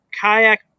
kayak